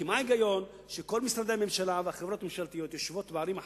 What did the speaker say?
כי מה ההיגיון שכל משרדי הממשלה והחברות הממשלתיות יושבים בערים החזקות,